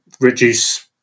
reduce